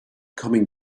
coming